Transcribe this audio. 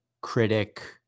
critic